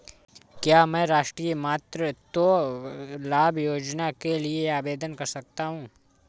क्या मैं राष्ट्रीय मातृत्व लाभ योजना के लिए आवेदन कर सकता हूँ?